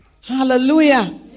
Hallelujah